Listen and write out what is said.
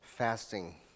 fasting